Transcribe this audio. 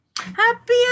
Happy